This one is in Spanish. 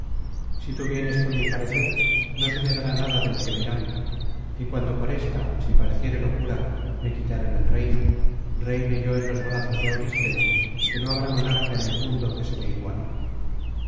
si tú vienes con mi parecer no se me dará nada del que dirán y cuando por ésta si pareciere locura me quitaren el reino reine yo en los brazos de auristela que no habrá monarca en el mundo que se me iguale